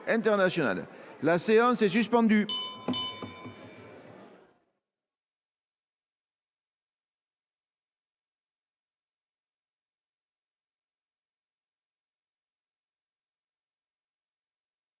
La séance est suspendue.